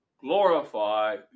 glorify